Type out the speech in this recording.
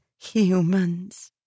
humans